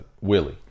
Willie